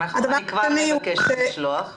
אני כבר מבקשת לשלוח.